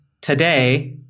Today